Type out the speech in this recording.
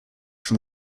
from